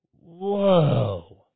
Whoa